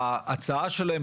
ההצעה שלהם,